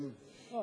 לא,